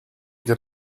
get